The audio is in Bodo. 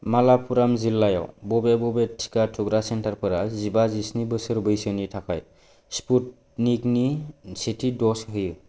मालापुराम जिल्लायाव बबे बबे टिका थुग्रा सेन्टारफोरा जिबा जिस्नि बोसोर बैसोनि थाखाय स्पुटनिकनि सेथि ड'ज होयो